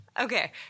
Okay